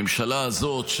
הממשלה הזאת,